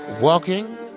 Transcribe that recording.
walking